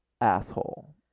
Asshole